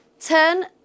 turn